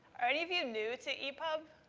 are any of you new to epub?